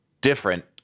different